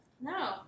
No